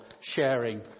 sharing